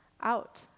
out